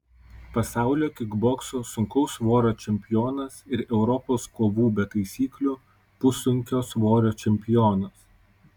pasaulio kikbokso sunkaus svorio čempionas ir europos kovų be taisyklių pussunkio svorio čempionas